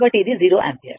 కాబట్టి ఇది 0 యాంపియర్